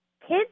kids